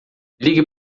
ligue